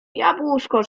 jabłuszko